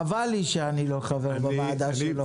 חבל לי שאני לא חבר בוועדה שלו.